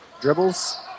dribbles